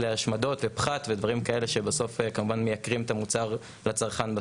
להשמדות ופחת ודברים כאלה שבסוף כמובן מייקרים את המוצר לצרכן.